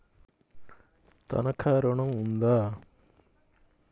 తనఖా ఋణం ఉందా?